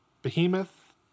Behemoth